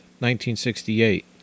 1968